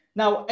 now